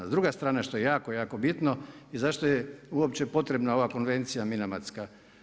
Druga strana što je jako, jako bitno i zašto je uopće potrebna ova konvencija Minamatska.